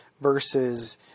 versus